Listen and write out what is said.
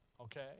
okay